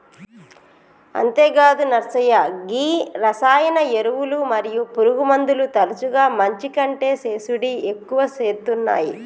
అంతేగాదు నర్సయ్య గీ రసాయన ఎరువులు మరియు పురుగుమందులు తరచుగా మంచి కంటే సేసుడి ఎక్కువ సేత్తునాయి